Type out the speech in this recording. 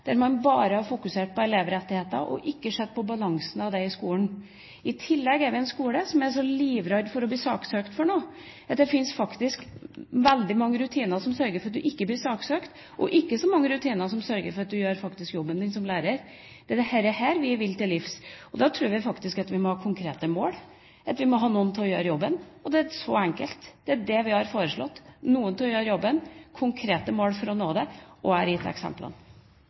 der man bare har fokusert på elevrettigheter og ikke sett på balansen av det i skolen. I tillegg har vi en skole som er så livredd for å bli saksøkt for noe at det faktisk fins veldig mange rutiner som sørger for at du ikke blir saksøkt, og ikke så mange rutiner som sørger for at du faktisk gjør jobben din som lærer. Det er dette vi vil til livs. Og da tror vi faktisk at vi må ha konkrete mål, at vi må ha noen til å gjøre jobben – at det er så enkelt. Det er det vi har foreslått: noen til å gjøre jobben, konkrete mål for å nå det. Og jeg har gitt eksemplene.